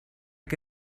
que